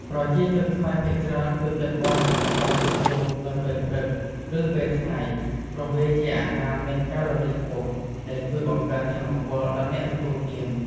ប្រជាជនខ្មែរភាគច្រើនចូលចិត្តបរិភោគបាយសាច់ជ្រូកនៅពេលព្រឹក ឬពេលថ្ងៃ ព្រោះវាជាអាហារមានកាឡូរីខ្ពស់ ដែលជួយបង្កើនថាមពលដល់អ្នកទទួលទាន។